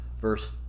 verse